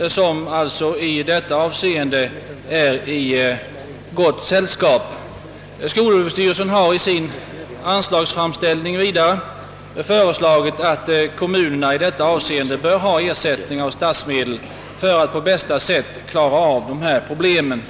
reservanterna är alltså i detta avseende i gott och sakkunnigt sällskap. Skolöverstyrelsen har i sin anslagsframställning vidare föreslagit att kommunerna skall få ersättning av statsmedel för att på bästa sätt klara dessa problem.